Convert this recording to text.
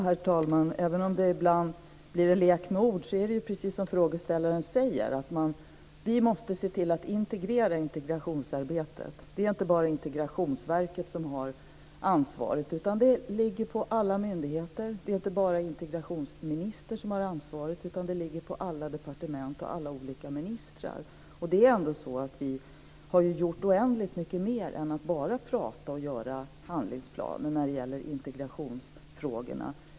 Herr talman! Även om det ibland blir en lek med ord så är det precis som frågeställaren säger, att vi måste se till att integrera integrationsarbetet. Det är inte bara Integrationsverket som har ansvaret, utan det ligger på alla myndigheter. Det är inte bara integrationsministern som har ansvaret, utan det ligger på alla departement och på alla olika ministrar. Vi har ändå gjort oändligt mycket mer än att bara prata och göra handlingsplaner när det gäller integrationsfrågorna.